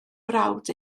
brawd